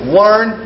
learn